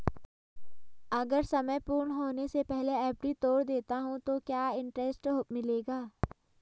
अगर समय पूर्ण होने से पहले एफ.डी तोड़ देता हूँ तो क्या इंट्रेस्ट मिलेगा?